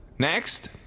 next.